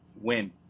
win